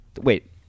Wait